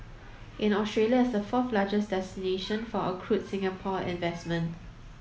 and Australia is the fourth largest destination for accrued Singapore investment